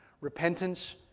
Repentance